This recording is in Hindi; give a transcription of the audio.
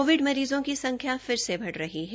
कोविड मरीजों की संख्या फिर से बढ़ रही है